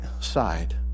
side